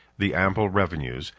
the ample revenues,